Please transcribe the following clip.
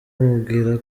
amubwira